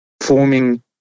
forming